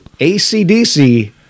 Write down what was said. ACDC